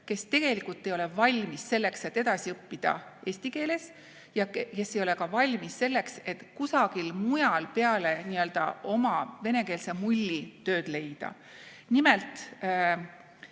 kes tegelikult ei ole valmis selleks, et edasi õppida eesti keeles, ja kes ei ole valmis ka selleks, et kusagil mujal peale oma venekeelse mulli tööd leida. Nimelt,